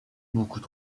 beaucoup